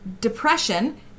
depression